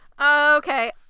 okay